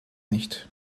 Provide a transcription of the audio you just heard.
nicht